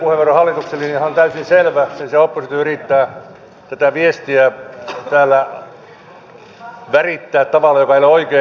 hallituksen linjahan on täysin selvä oppositio yrittää tätä viestiä täällä värittää tavalla joka ei ole oikein